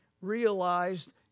realized